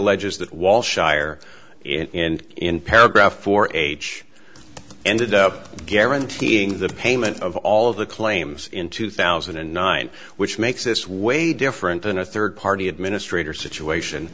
eges that wall shire and in paragraph four h ended up guaranteeing the payment of all of the claims in two thousand and nine which makes this way different than a third party administrator situation